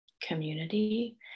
community